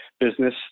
business